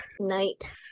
night